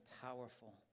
powerful